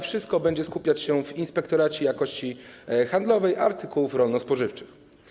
Wszystko będzie się skupiać w Głównym Inspektoracie Jakości Handlowej Artykułów Rolno-Spożywczych.